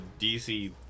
DC